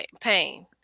pain